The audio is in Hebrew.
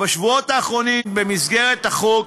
האחרונים, במסגרת החוק,